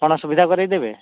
ଆପଣ ସୁବିଧା କରେଇଦେବେ